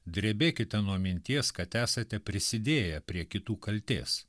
drebėkite nuo minties kad esate prisidėję prie kitų kaltės